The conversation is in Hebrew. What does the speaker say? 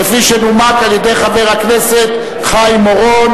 כפי שנומקה על-ידי חבר הכנסת חיים אורון.